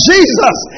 Jesus